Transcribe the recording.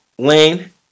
Lane